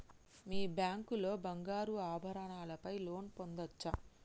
మీ bank లో బంగారు ఆభరణాల పై లోన్ పొందచ్చా?